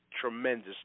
tremendous